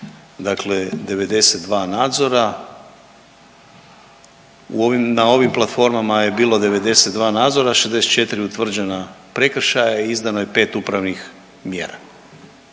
Dakle, 92 nadzora na ovim platformama je bilo 92 nadzora, 64 utvrđena prekršaja i izdano je pet upravnih mjera.